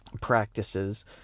practices